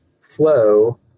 flow